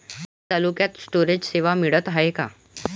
आपल्या तालुक्यात स्टोरेज सेवा मिळत हाये का?